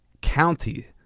county